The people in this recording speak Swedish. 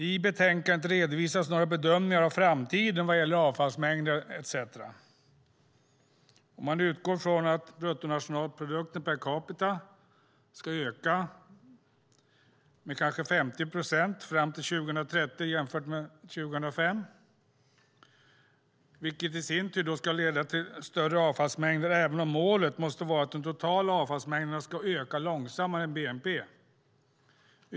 I betänkandet redovisas några bedömningar av framtiden vad gäller avfallsmängder etcetera. Man utgår från att bruttonationalprodukten per capita ska öka med kanske 50 procent fram till 2030 jämfört med 2005, vilket i sin tur leder till större avfallsmängder, även om målet måste vara att de totala avfallsmängderna ska öka långsammare än bnp.